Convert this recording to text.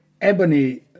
Ebony